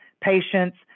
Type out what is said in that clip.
patients